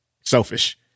selfish